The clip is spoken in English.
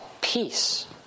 peace